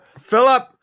Philip